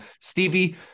Stevie